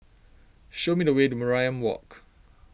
show me the way to Mariam Walk